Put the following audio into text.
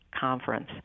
conference